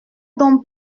donc